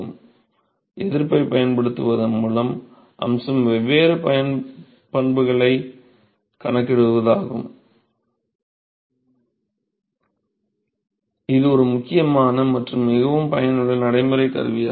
எனவே எதிர்ப்பைப் பயன்படுத்துவதன் அம்சம் வெவ்வேறு பண்புகளைக் கணக்கிடுவதாகும் இது ஒரு முக்கியமான மற்றும் மிகவும் பயனுள்ள நடைமுறைக் கருவியாகும்